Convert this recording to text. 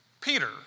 Peter